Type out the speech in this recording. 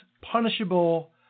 punishable